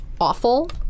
awful